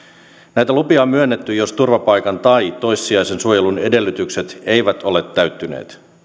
näitä lupia on myönnetty jos turvapaikan tai toissijaisen suojelun edellytykset eivät ole täyttyneet